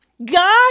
God